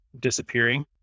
disappearing